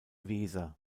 weser